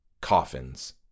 Coffins